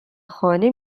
خانه